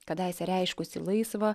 kadaise reiškusi laisvą